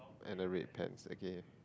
and the red pets they came